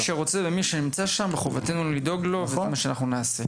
מי שרוצה ומי שנמצא שם חובתנו לדאוג לו וזה מה שנעשה.